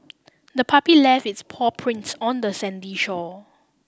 the puppy left its paw prints on the sandy shore